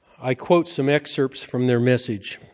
i quote some excerpts from their message.